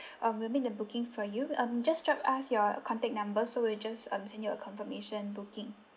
um we will make the booking for you um just drop us your contact number so we will just um send you a confirmation booking